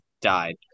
died